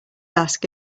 ask